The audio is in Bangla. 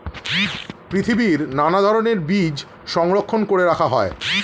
পৃথিবীর নানা ধরণের বীজ সংরক্ষণ করে রাখা হয়